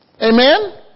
Amen